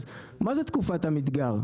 אז מה זה תקופת המדגר?